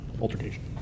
Altercation